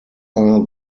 are